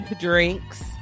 drinks